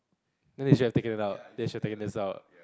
then they should have taken it out they should have taken this out